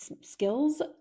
skills